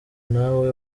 nawe